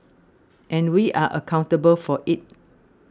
and we are accountable for it